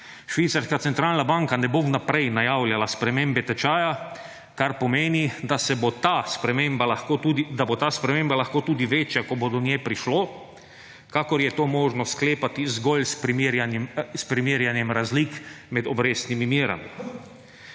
Švicarska centralna banka ne bo vnaprej najavljala spremembe tečaja, kar pomeni, da bo ta sprememba lahko tudi večja, ko bo do nje prišlo, kakor je to možno sklepati zgolj s primerjanjem razlik med obrestnimi merami.